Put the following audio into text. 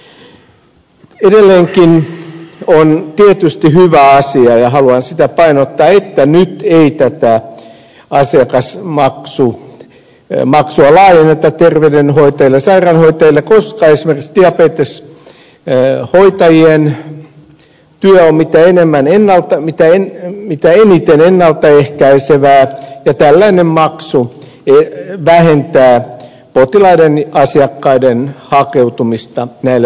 edelleenkin on tietysti hyvä asia ja haluan sitä painottaa että nyt ei tätä asiakasmaksua laajenneta terveydenhoitajille ja sairaanhoitajille koska esimerkiksi diabeteshoitajien työ on mitä eniten ennalta ehkäisevää ja tällainen maksu vähentää potilaiden asiakkaiden hakeutumista näille vastaanotoille